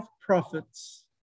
prophets